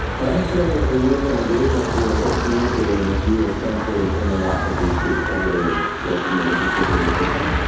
my understanding is the rules of engagement with us communicating is you will sensor and turn it off if we speak poorly and designate a particular person.